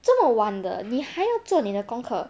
这么晚的你还要做你的功课